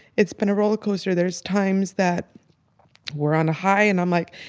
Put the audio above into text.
it's been a roller coaster. there's times that we're on a high and i'm like,